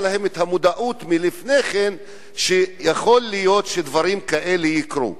להם המודעות לפני כן שדברים כאלה יכולים לקרות.